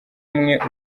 umwe